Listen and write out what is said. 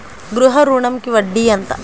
గృహ ఋణంకి వడ్డీ ఎంత?